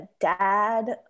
dad